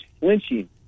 flinching